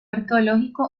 arqueológico